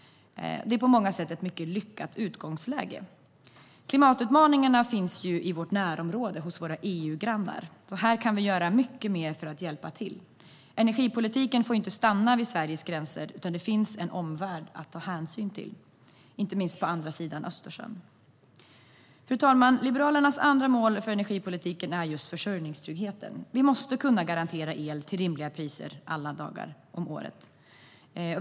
Vi har på många sätt ett mycket bra utgångsläge. Klimatutmaningarna finns i vårt närområde, hos våra EU-grannar. Där kan vi göra mycket mer för att hjälpa till. Energipolitiken får inte stanna vid Sveriges gränser; det finns en omvärld att ta hänsyn till, inte minst på andra sidan Östersjön. Fru talman! Liberalernas andra mål för energipolitiken är försörjningstrygghet. Vi måste kunna garantera el till rimliga priser alla dagar om året.